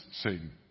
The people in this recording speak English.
Satan